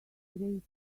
great